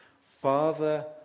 Father